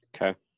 Okay